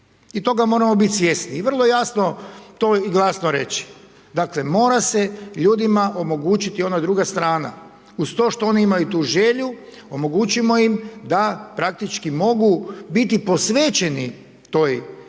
I toga moramo biti svjesni i vrlo jasno to i glasno reći. Dakle mora se ljudima omogućiti i ona druga strana uz to što oni imaju tu želju omogućimo im da praktički mogu biti posvećeni toj djeci,